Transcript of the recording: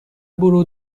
برو